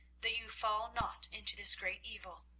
that you fall not into this great evil.